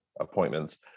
appointments